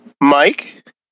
Mike